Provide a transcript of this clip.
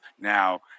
Now